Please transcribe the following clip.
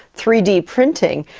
three d printing,